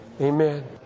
Amen